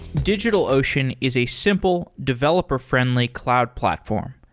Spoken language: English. digitalocean is a simple, developer-friendly cloud platform.